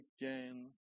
again